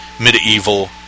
medieval